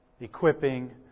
equipping